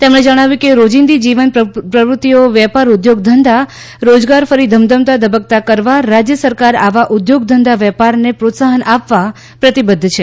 તેમણે જણાવ્યું કે રોજિંદી જીવન પ્રવૃત્તિઓ વેપાર ઊદ્યોગ ધંધા રોજગાર ફરી ધમધમતા ધબકતા કરવા રાજ્ય સરકાર આવા ઊદ્યોગ ધંધા વેપારને પ્રોત્સાફન આપવા પ્રતિબદ્ધ છે